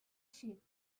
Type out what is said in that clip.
sheep